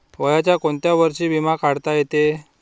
वयाच्या कोंत्या वर्षी बिमा काढता येते?